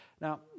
Now